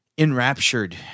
enraptured